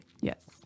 Yes